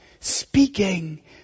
speaking